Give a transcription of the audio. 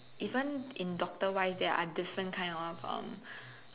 even in doctor wise there are different kind of